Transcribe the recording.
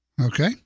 Okay